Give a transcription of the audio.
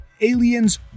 aliens